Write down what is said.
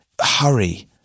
hurry